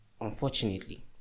unfortunately